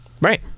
Right